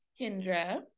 kendra